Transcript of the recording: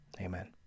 amen